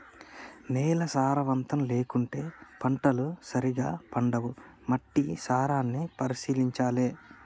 నేల సారవంతం లేకుంటే పంటలు సరిగా పండవు, మట్టి సారాన్ని పరిశీలించాలె